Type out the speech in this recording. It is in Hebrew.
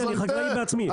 אני חקלאי בעצמי.